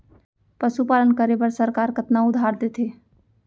पशुपालन करे बर सरकार कतना उधार देथे?